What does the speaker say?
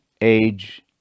age